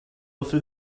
through